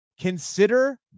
consider